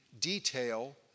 detail